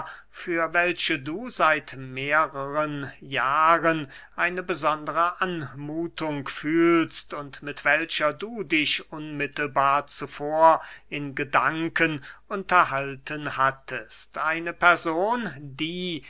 für welche du seit mehrern jahren eine besondere anmuthung fühlst und mit welcher du dich unmittelbar zuvor in gedanken unterhalten hattest eine person die